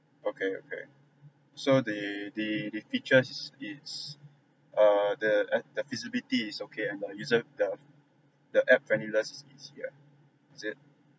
okay okay so the the the features its uh the the feasibility is okay and the user the the app friendliness is easy right is it